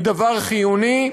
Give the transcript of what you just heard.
היא דבר חיוני,